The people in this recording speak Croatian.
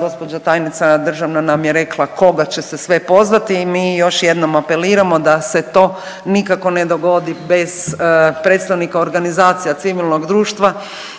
gospođa tajnica državna nam je rekla koga će se sve pozvati i mi još jednom apeliramo da se to nikako ne dogodi bez predstavnika organizacija civilnog društva